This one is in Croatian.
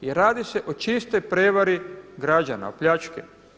I radi se o čistoj prijevari građana, o pljački.